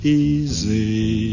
easy